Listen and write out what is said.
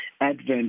advent